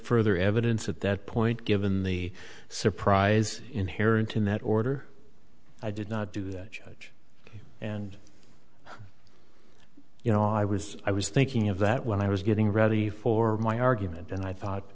further evidence at that point given the surprise inherent in that order i did not do that judge and you know i was i was thinking of that when i was getting ready for my argument and i thought